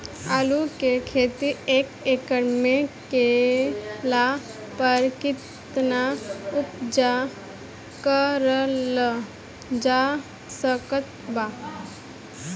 आलू के खेती एक एकड़ मे कैला पर केतना उपज कराल जा सकत बा?